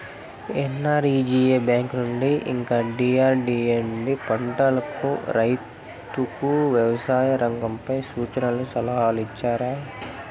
NREGA bank నుండి ఇంకా DRDA నుండి పంటలకు రైతుకు వ్యవసాయ రంగంపై సూచనలను సలహాలు ఇచ్చారా